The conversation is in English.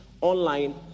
online